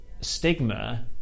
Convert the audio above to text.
Stigma